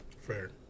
fair